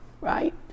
right